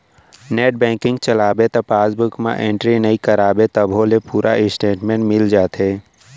internet banking चलाबे त passbook म एंटरी नइ कराबे तभो ले पूरा इस्टेटमेंट मिल जाथे